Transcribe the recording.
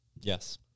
Yes